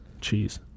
cheese